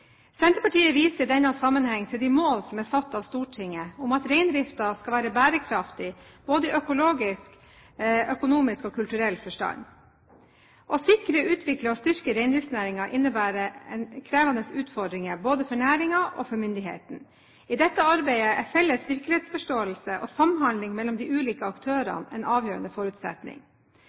Senterpartiet viser i denne sammenheng til de mål som er satt av Stortinget om at reindriften skal være bærekraftig både i økologisk, økonomisk og kulturell forstand. Å sikre, utvikle og styrke reindriftsnæringen innebærer krevende utfordringer både for næringen og for myndighetene. I dette arbeidet er felles virkelighetsforståelse og samhandling mellom de ulike aktørene en avgjørende forutsetning.